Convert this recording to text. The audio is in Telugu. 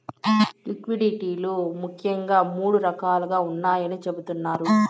లిక్విడిటీ లు ముఖ్యంగా మూడు రకాలుగా ఉన్నాయని చెబుతున్నారు